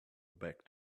back